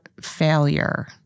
failure